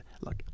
look